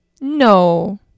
no